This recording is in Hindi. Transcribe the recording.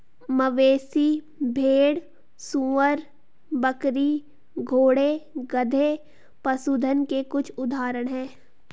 मवेशी, भेड़, सूअर, बकरी, घोड़े, गधे, पशुधन के कुछ उदाहरण हैं